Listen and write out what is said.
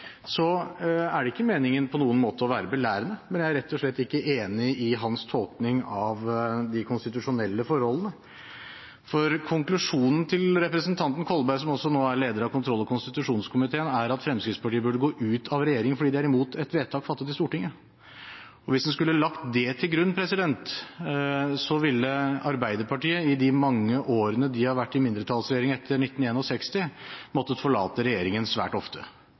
så lenge innholdet er bra. Når det gjelder representanten Kolberg, er det ikke på noen måte meningen å være belærende, men jeg er rett og slett ikke enig i hans tolkning av de konstitusjonelle forholdene. Konklusjonen til representanten Kolberg, som nå er leder av kontroll- og konstitusjonskomiteen, er at Fremskrittspartiet burde gå ut av regjeringen fordi de er imot et vedtak fattet i Stortinget. Hvis en skulle lagt det til grunn, ville Arbeiderpartiet i de mange årene de har vært i mindretallsregjering etter 1961, ha måttet forlate regjeringen svært ofte.